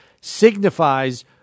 signifies